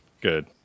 Good